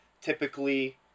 typically